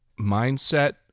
mindset